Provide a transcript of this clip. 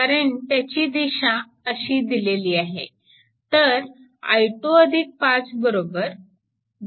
कारण त्याची दिशा अशी दिलेली आहे